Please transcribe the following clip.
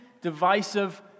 divisive